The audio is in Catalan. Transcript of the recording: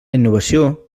innovació